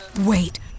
Wait